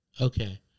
Okay